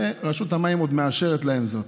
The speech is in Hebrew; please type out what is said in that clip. ורשות המים עוד מאשרת להם זאת.